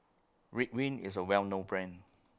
Ridwind IS A Well known Brand